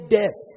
death